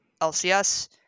LCS